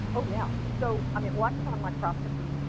ah yeah. so i mean electron microscopy,